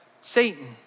Satan